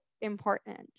important